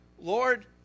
Lord